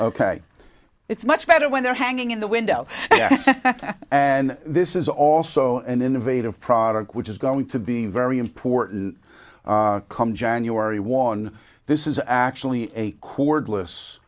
ok it's much better when they're hanging in the window and this is also an innovative product which is going to be very important come january worn this is actually a cordless